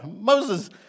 Moses